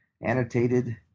annotated